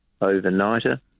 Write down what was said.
overnighter